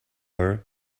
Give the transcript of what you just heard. her